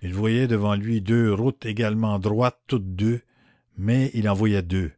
il voyait devant lui deux routes également droites toutes deux mais il en voyait deux